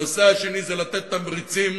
הנושא השני זה לתת תמריצים